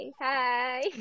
hi